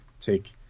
take